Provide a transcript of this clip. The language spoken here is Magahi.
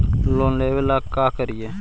लोन लेबे ला का करि?